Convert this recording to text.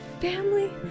family